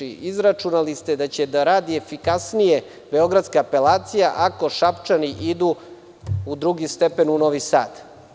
Izračunali ste da će da radi efikasnije beogradska apelacija ako Šapčani idu u drugi stepen u Novi Sad.